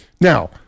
now